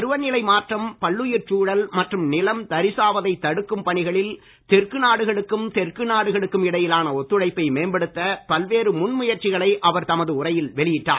பருவநிலை மாற்றம் பல்லுயிர்ச்சூழல் மற்றும் நிலம் தரிசாவதை தடுக்கும் பணிகளில் தெற்கு நாடுகளுக்கும் தெற்கு நாடுகளுக்கும் இடையிலான ஒத்துழைப்பை மேம்படுத்த பல்வேறு முன்முயற்சிகளை அவர் தமது உரையில் வெளியிட்டார்